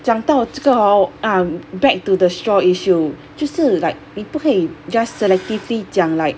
讲到这个 hor ah back to the straw issue 就是 like 你不可以 just selectively 讲 like